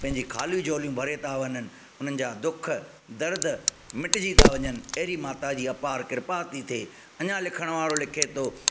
पंहिंजी खाली झोलियूं भरे था वञनु हुननि जा दुखु दर्द मिटिजी था वञनु अहिड़ी माता जी अपारु कृपा थी थिए अञां लिखणु वारो लिखे थो